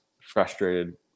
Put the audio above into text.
frustrated